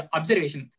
Observation